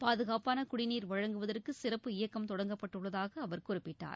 பாதுகாப்பான குடிநீர் வழங்குவதற்கு சிறப்பு இயக்கம் தொடங்கப்பட்டுள்ளதாக அவர் குறிப்பிட்டார்